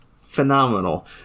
phenomenal